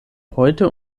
heute